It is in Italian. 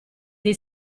dei